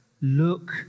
look